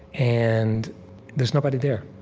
and there's nobody there.